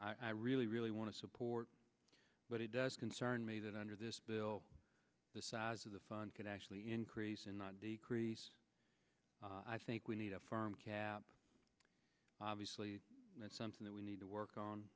i really really want to support but it does concern me that under this bill the size of the fund could actually increase and not decrease i think we need a farm cap obviously that's something that we need to work on